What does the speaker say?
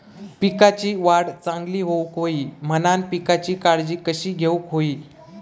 पिकाची वाढ चांगली होऊक होई म्हणान पिकाची काळजी कशी घेऊक होई?